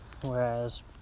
Whereas